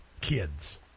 kids